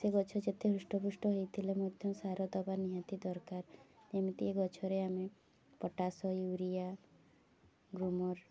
ସେ ଗଛ ଯେତେ ହୃଷ୍ଟପୃଷ୍ଟ ହେଇଥିଲେ ମଧ୍ୟ ସାର ଦେବା ନିହାତି ଦରକାର ଏମିତି ଏ ଗଛରେ ଆମେ ପଟାସ୍ ୟୁରିଆ ଗ୍ରୋମର୍